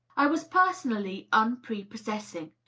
i was personally unprepossessing.